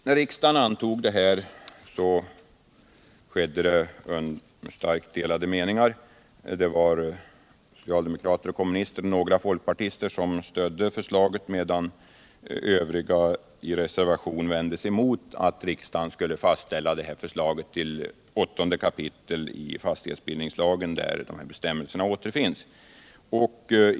När riksdagen antog propositionen var meningarna starkt delade. Socialdemokrater och kommunister och några folkpartister stödde förslaget, medan övriga vände sig mot att riksdagen skulle fastställa det förslag till 8 kap. i fastighetsbildningslagen där bestämmelserna om tvångsinlösen återfinns.